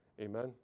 Amen